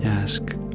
ask